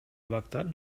бактар